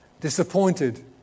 disappointed